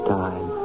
time